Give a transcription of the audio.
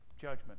judgment